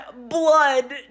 blood